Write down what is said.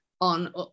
on